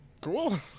Cool